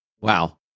Wow